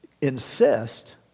insist